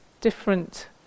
different